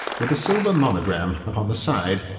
with a silver monogram upon the side.